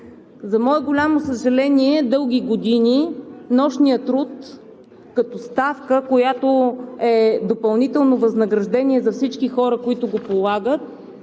За мое голямо съжаление дълги години нощният труд като ставка, която е допълнително възнаграждение за всички хора, които го полагат,